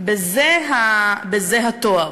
בזה התואר.